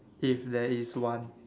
if there is one